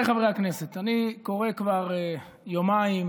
בבקשה, אדוני,